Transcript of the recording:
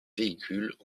véhicules